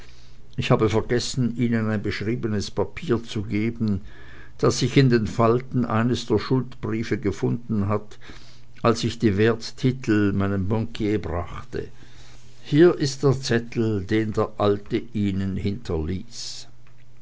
ich habe vergessen ihnen ein beschriebenes papier zu geben das sich in den falten eines der schuldbriefe gefunden hat als ich die werttitel meinem bankier brachte hier ist der zettel den der alte ihnen hinterließ